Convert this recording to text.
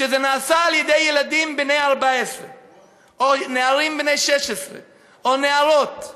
כשזה נעשה על-ידי ילדים בני 14 או נערים בני 16 או נערות,